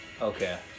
Okay